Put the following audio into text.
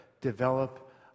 develop